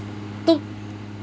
都